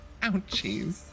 Ouchies